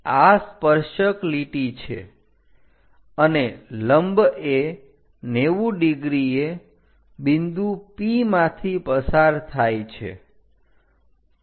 આ સ્પર્શક લીટી છે અને લંબ એ 90 ડિગ્રીએ બિંદુ P માંથી પસાર થાય છે